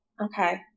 Okay